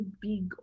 big